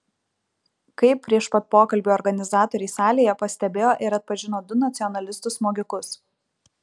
kaip prieš pat pokalbį organizatoriai salėje pastebėjo ir atpažino du nacionalistus smogikus